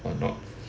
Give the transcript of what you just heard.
or not